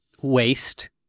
waste